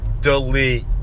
Delete